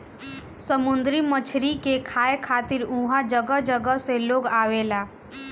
समुंदरी मछरी के खाए खातिर उहाँ जगह जगह से लोग आवेला